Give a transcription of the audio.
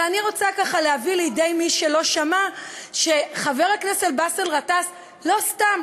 אבל אני רוצה ככה להביא לידיעת מי שלא שמע שחבר הכנסת באסל גטאס לא סתם,